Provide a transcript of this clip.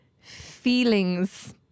feelings